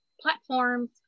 platforms